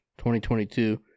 2022